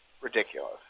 ridiculous